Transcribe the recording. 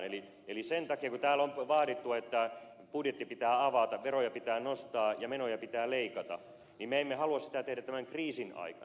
eli sen takia kun täällä on vaadittu että budjetti pitää avata veroja pitää nostaa ja menoja pitää leikata me emme halua sitä tehdä tämän kriisin aikana